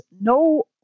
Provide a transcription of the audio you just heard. no